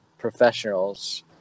Professionals